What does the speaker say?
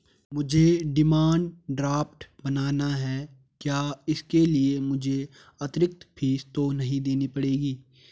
मुझे demand draft बनाना है क्या इसके लिए मुझे अतिरिक्त फीस तो नहीं देनी पड़ेगी?